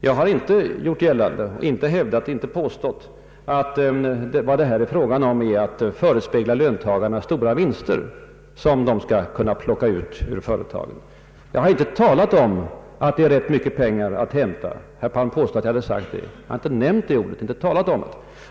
Jag har inte gjort gällande och inte påstått att det är fråga om att förespegla löntagarna stora vinster som de skall kunna plocka ut ur företagen. Jag har inte talat om att det finns ”rätt mycket pengar att hämta”. Herr Palm påstår att jag har sagt det. Jag har inte nämnt de orden.